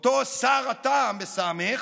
אותו סר הטעם בסמ"ך,